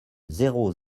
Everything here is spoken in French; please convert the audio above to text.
zéro